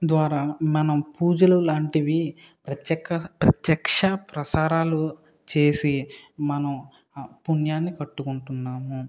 ద్వారా మనం పూజలు లాంటివి ప్రత్యక ప్రత్యక్ష ప్రసారాలు చేసి మనం పుణ్యాన్ని కట్టుకుంటున్నాము